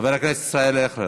חבר הכנסת ישראל אייכלר,